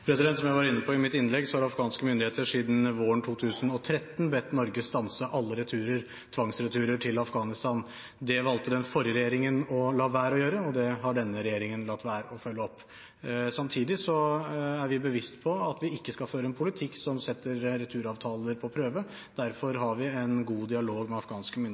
Som jeg var inne på i mitt innlegg, har afghanske myndigheter siden våren 2013 bedt Norge stanse alle tvangsreturer til Afghanistan. Det valgte den forrige regjeringen å la være å gjøre, og det har denne regjeringen latt være å følge opp. Samtidig er vi bevisst på at vi ikke skal føre en politikk som setter returavtaler på prøve. Derfor har vi en god dialog med afghanske